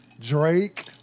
Drake